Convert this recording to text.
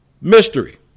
mystery